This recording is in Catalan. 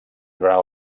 durant